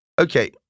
Okay